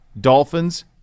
Dolphins